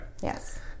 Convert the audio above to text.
Yes